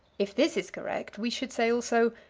if this is correct we should say, also,